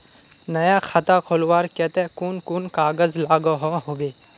नया खाता खोलवार केते कुन कुन कागज लागोहो होबे?